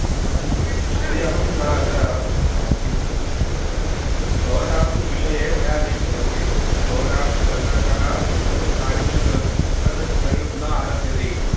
अस्तु तर्हि अहम् अत्र किं भवतां विषये मया लेखितमस्ति भवतां सङ्गणकं सम्यक् कार्यं न करोति तद् नै न आरभ्यते इति